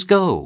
go